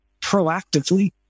proactively